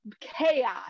chaos